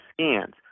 scans